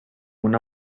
una